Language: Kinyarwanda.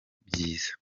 byiza